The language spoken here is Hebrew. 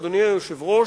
אדוני היושב-ראש,